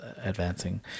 advancing